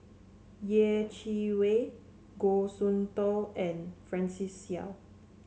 Yeh Chi Wei Goh Soon Tioe and Francis Seow